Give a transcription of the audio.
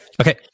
Okay